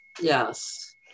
Yes